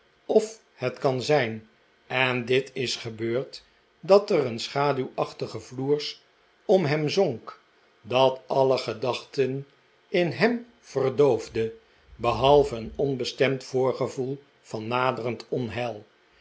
of het kan zijn en dit is gebeurd dat er een schaduwachtig floers om hem zonk dat alle gedachten in hem verdoofde behalve een onbestemd voorgevoel van naderend onheil